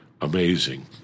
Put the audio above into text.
amazing